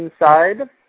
Inside